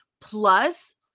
plus